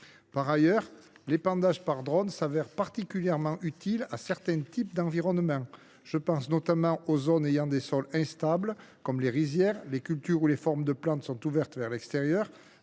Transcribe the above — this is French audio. Par ailleurs, l’épandage par drone s’avère particulièrement utile à certains types d’environnements. Je pense notamment aux zones dont les sols sont instables, comme les rizières, aux cultures dont les plantes sont ouvertes vers l’extérieur,